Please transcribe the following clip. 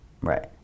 right